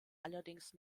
allerdings